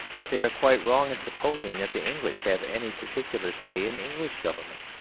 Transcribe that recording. but they are quite wrong in supposing that the english have any particular say in english government.